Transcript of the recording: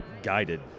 guided